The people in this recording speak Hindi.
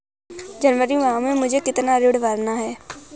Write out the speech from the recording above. जनवरी माह में मुझे कितना ऋण भरना है?